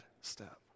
step